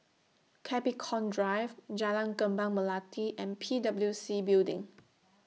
Capricorn Drive Jalan Kembang Melati and P W C Building